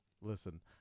Listen